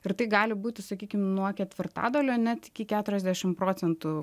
ir tai gali būti sakykim nuo ketvirtadalio net iki keturiasdešim procentų